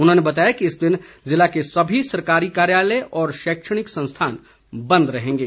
उन्होंने बताया कि इस दिन जिले के सभी सरकारी कार्यालय और शैक्षणिक संस्थान बंद रहेंगे